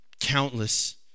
countless